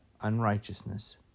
unrighteousness